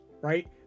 right